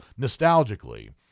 nostalgically